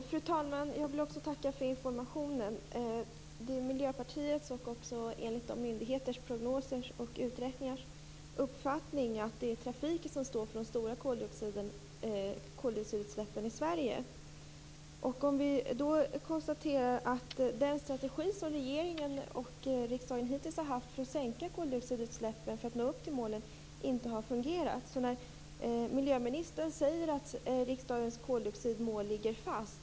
Fru talman! Också jag vill tacka för informationen. Det är Miljöpartiets uppfattning, och också enligt myndigheters prognoser och uträkningar, att det är trafiken som står för de stora koldioxidutsläppen i Sverige. Vi kan konstatera att den strategi som regeringen och riksdagen hittills har haft för att sänka koldioxidutsläppen för att nå upp till målen inte har fungerat. Miljöministern säger att riksdagens koldioxidmål ligger fast.